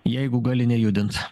jeigu gali nejudint